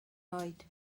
oed